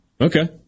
Okay